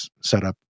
setup